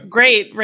Great